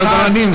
סדרנים,